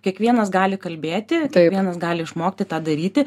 kiekvienas gali kalbėti kiekvienas gali išmokti tą daryti